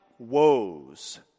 Woes